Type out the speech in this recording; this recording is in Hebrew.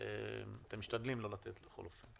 אתם משתדלים לא לתת בכל אופן,